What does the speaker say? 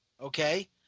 Okay